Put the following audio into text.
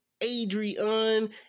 Adrian